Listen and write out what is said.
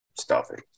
Stuffing